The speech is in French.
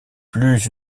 plus